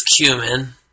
cumin